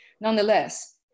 Nonetheless